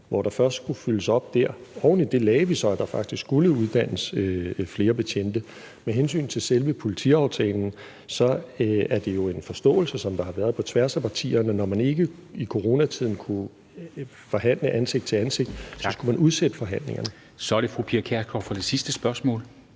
kr., som først skulle fyldes op. Oven i det lagde vi så, at der faktisk skulle uddannes flere betjente. Med hensyn til selve politiaftalen er det jo en forståelse, som der har været på tværs af partierne: Når man ikke i coronatiden kunne forhandle ansigt til ansigt, skulle man udsætte forhandlingerne. Kl. 13:28 Formanden (Henrik